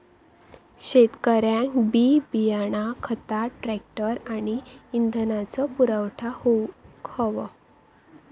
शेतकऱ्यांका बी बियाणा खता ट्रॅक्टर आणि इंधनाचो पुरवठा होऊक हवो